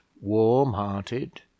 warm-hearted